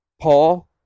Paul